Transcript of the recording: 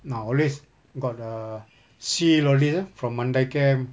nowadays got the seal already ah from mandai camp